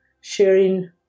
sharing